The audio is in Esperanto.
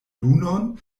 lunon